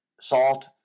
salt